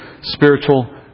spiritual